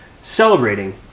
celebrating